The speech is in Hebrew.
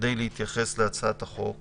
כדי להתייחס להצעת החוק